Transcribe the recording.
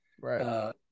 Right